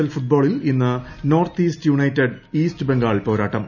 L ഫുട്ബോളിൽ ഇന്ന് North East United Bengal പോരാട്ടം